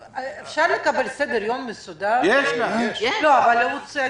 הישיבה ננעלה בשעה 11:17.